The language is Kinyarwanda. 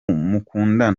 mukundana